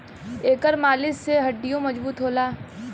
एकर मालिश से हड्डीयों मजबूत होला